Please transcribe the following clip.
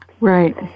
Right